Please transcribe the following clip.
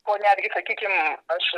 ko netgi sakykim aš